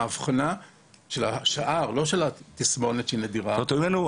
זאת אומרת,